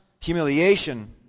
humiliation